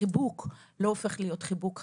החיבוק לא הופך להיות חיבוק חם.